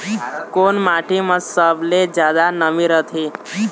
कोन माटी म सबले जादा नमी रथे?